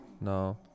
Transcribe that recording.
No